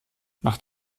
nach